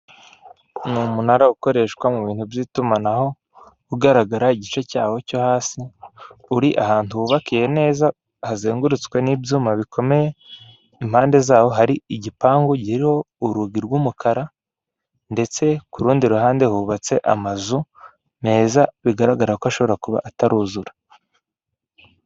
Ni umunara ukoreshwa mu bintu by'itumanaho, ugaragara igice cyawo cyo hasi, uri ahantu hubakiye neza hazengurutswe n'ibyuma bikomeye, impande z'aho hari igipangu kiriho urugi rw'umukara, ndetse ku rundi ruhande hubatse amazu meza bigaragara ko ashobora kuba ataruzura.